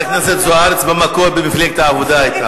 חברת הכנסת זוארץ במקור היתה במפלגת העבודה.